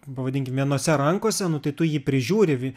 pavadinkim vienose rankose nu tai tu jį prižiūri